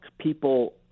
people